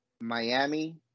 Miami